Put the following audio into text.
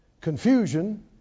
confusion